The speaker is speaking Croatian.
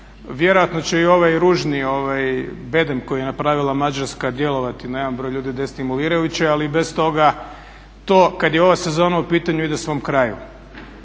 Vjerojatno će i ovaj ružni bedem koji nje napravila Mađarska djelovati na jedan broj ljudi destimulirajuće, ali i bez toga to kad je ova sezona u pitanju ide svom kraju.